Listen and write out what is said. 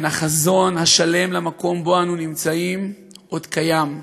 בין החזון השלם למקום שבו אנחנו נמצאים עוד קיים,